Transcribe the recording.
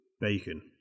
Bacon